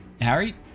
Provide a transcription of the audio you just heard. Harry